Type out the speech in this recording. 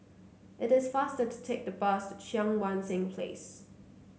it is faster to take the bus to Cheang Wan Seng Place